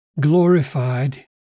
glorified